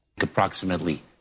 Approximately